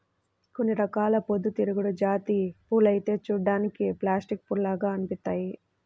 కొన్ని రకాల పొద్దుతిరుగుడు జాతి పూలైతే చూడ్డానికి ప్లాస్టిక్ పూల్లాగా అనిపిత్తయ్యి